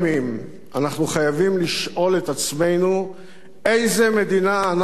אנחנו חייבים לשאול את עצמנו איזו מדינה אנחנו רוצים פה,